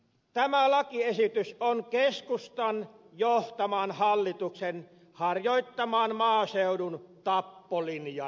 tämä lakiesitys on keskustan johtaman hallituksen harjoittaman maaseudun tappolinjan jatkoa